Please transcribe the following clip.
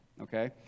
Okay